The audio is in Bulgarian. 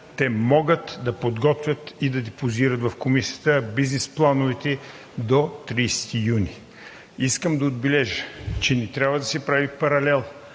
те могат да подготвят и да депозират в Комисията бизнес плановете си до 30 юни. Искам да отбележа, че не трябва да се прави паралел